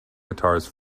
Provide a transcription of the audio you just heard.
guitars